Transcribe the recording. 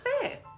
fair